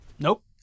Nope